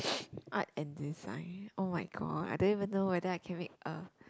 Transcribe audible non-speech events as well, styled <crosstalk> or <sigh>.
<noise> art and design oh-my-god I don't even know whether I can make a